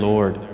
Lord